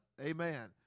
Amen